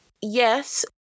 yes